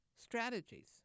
strategies